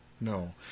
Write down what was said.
No